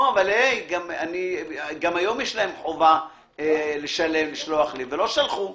גם היום יש להם חובה לשלוח לי, אבל לא שלחו לי.